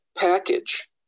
package